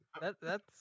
That—that's